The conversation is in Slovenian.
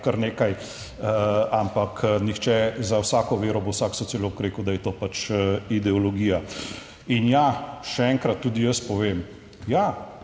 kar nekaj, ampak nihče, za vsako vero bo vsak sociolog rekel, da je to pač ideologija. In ja, še enkrat tudi jaz povem, ja,